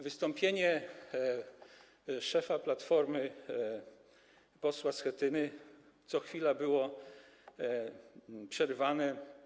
Wystąpienie szefa Platformy posła Schetyny co chwila było przerywane.